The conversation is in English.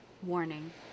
Warning